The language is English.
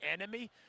enemy